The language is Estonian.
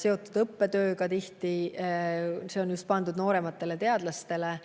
seotud õppetööga, mis on just pandud noorematele teadlastele,